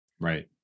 Right